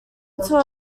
until